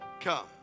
come